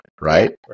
right